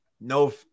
no